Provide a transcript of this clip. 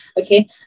okay